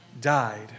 died